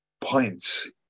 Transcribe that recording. points